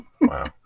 Wow